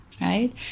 right